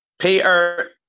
Peter